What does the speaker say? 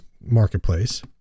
marketplace